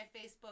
Facebook